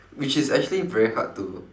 which is actually very hard to